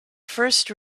first